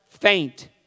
faint